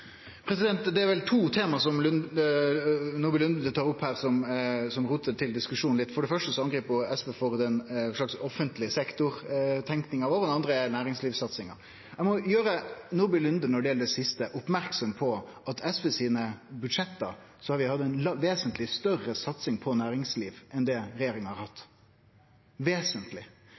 Det er vel to tema som Nordby Lunde tar opp her, som roter diskusjonen litt til. For det første angrip ho SV for ei slags offentleg sektor-tenking, og det andre er næringslivssatsinga. Når det gjeld det siste, må eg gjere Nordby Lunde oppmerksam på at det i budsjetta til SV har vore ei vesentleg større satsing på næringslivet enn det regjeringa har hatt – vesentleg